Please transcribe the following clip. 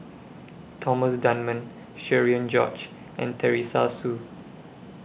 Thomas Dunman Cherian George and Teresa Hsu